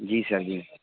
جی sir جی